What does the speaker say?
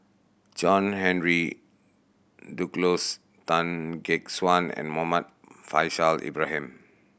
John Henry Duclos Tan Gek Suan and Muhammad Faishal Ibrahim